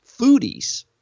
foodies